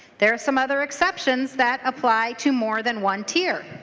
there are some other exceptions that apply to more than one tier.